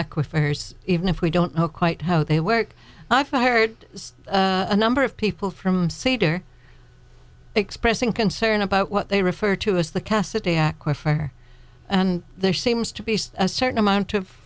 hers even if we don't know quite how they work and i've heard a number of people from cedar expressing concern about what they refer to as the cassaday aquifer and there seems to be a certain amount of